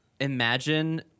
Imagine